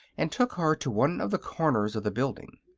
and took her to one of the corners of the building.